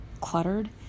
cluttered